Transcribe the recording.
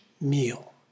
meal